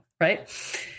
Right